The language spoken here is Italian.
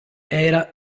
era